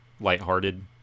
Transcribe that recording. lighthearted